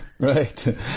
Right